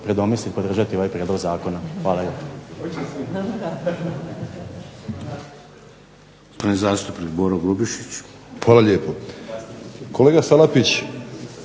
predomisliti i podržati ovaj prijedlog zakona. Hvala